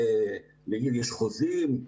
נגיד יש חוזים,